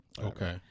Okay